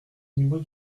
milieu